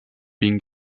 been